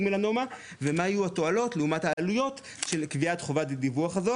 מלנומה ומה יהיו התועלות לעומת העלויות של קביעת חובת הדיווח הזו,